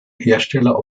hersteller